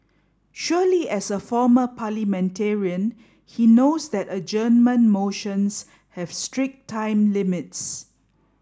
surely as a former parliamentarian he knows that adjournment motions have strict time limits